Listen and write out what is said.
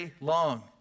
long